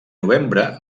novembre